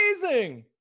amazing